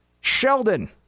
Sheldon